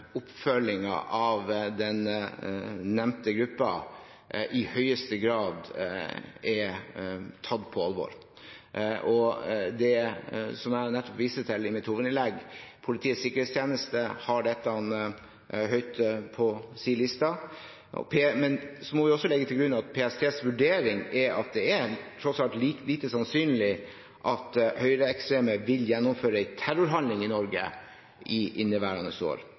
av den nevnte gruppen i høyeste grad er tatt på alvor. Som jeg nettopp viste til i mitt hovedinnlegg, har Politiets sikkerhetstjeneste dette høyt på sin liste. Så må vi også legge til grunn at PSTs vurdering er at det tross alt er lite sannsynlig at høyreekstreme vil gjennomføre en terrorhandling i Norge i inneværende år.